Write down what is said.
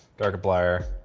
darkiplier.